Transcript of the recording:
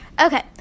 Okay